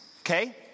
okay